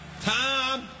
Tom